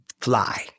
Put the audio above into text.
fly